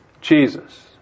Jesus